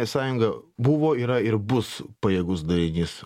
sąjunga buvo yra ir bus pajėgus darinys